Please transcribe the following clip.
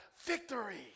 VICTORY